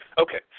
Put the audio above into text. Okay